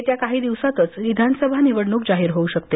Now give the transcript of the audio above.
येत्या काही दिवसातच विधानसभा निवडणूक जाहीर होऊ शकते